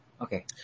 Okay